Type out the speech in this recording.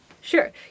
Sure